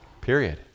Period